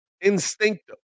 instinctive